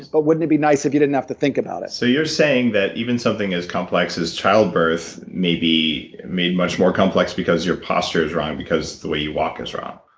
but wouldn't it be nice if you didn't have to think about it so you're saying that even something as complex as childbirth may be made much more complex because your posture is wrong, or because the way you walk is wrong.